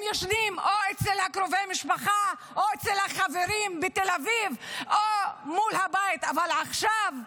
הם יושבים או אצל קרובי המשפחה או אצל החברים בתל אביב או מול הבית תחת